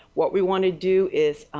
what we want to do is